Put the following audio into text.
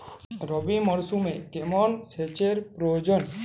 রবি মরশুমে কেমন সেচের প্রয়োজন?